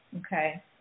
okay